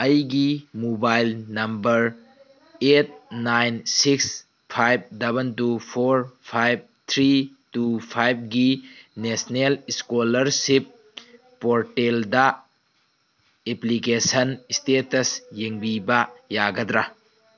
ꯑꯩꯒꯤ mobile number eight nine six five double two four five three two ꯐꯥꯏꯕꯒꯤ national scholarship ꯄꯣꯔꯇꯦꯜꯗ application status ꯌꯦꯡꯕꯤꯕ ꯌꯥꯒꯗ꯭ꯔꯥ